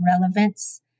relevance